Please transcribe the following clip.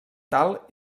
tal